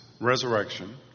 resurrection